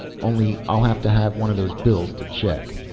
only i'll have to have one of those bills to check.